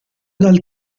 dal